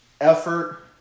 effort